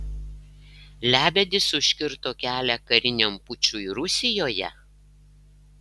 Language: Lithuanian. lebedis užkirto kelią kariniam pučui rusijoje